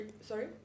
Sorry